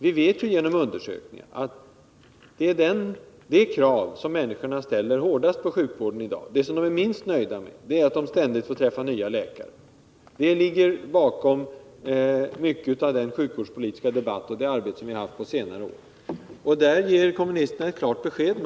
Vi vet genom undersökningar att det som människorna är minst nöjda med är att de ständigt får träffa nya läkare och att det krav som de ställer på sjukvården i dag är att få behålla samme läkare. Det kravet ligger bakom mycket av den sjukvårdspolitiska debatt och det arbete som vi har haft på senare tid. Där ger kommunisterna ett klart besked.